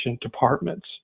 departments